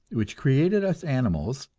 which created us animals,